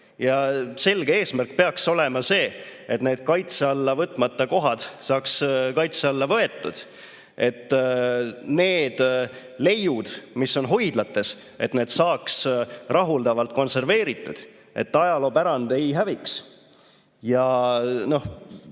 Selge eesmärk peaks olema see, et need kaitse alla võtmata kohad saaks kaitse alla võetud, need leiud, mis on hoidlates, saaks rahuldavalt konserveeritud, et ajaloopärand ei häviks. Ka see